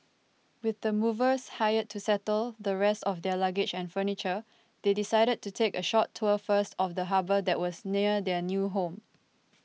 with the movers hired to settle the rest of their luggage and furniture they decided to take a short tour first of the harbour that was near their new home